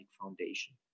foundation